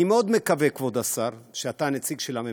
אני מאוד מקווה, כבוד השר, שאתה הנציג של הממשלה,